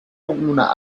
una